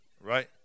Right